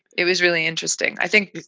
it was really interesting. i think,